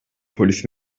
polis